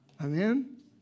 Amen